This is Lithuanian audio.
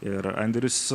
ir andrius